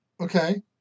Okay